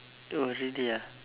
it was really ah